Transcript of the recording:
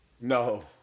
No